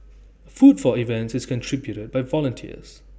food for events is contributed by volunteers